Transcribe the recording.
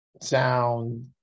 sound